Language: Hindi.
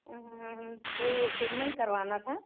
तो ट्रीटमेंट करवाना था